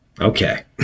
okay